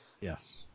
Yes